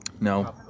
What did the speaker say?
No